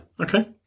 Okay